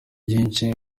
byinshi